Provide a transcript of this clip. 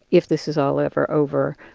if this is all ever over